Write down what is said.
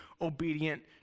obedient